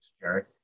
Jared